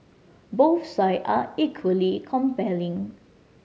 both side are equally compelling